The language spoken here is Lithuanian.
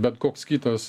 bet koks kitas